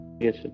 Yes